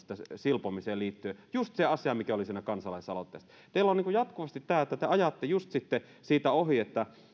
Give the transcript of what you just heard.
silpomiseen liittyen just se asia mikä oli siinä kansalaisaloitteessa teillä on niin kuin jatkuvasti tämä että te ajatte just sitten siitä ohi